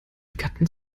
gatten